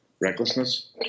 recklessness